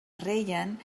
reien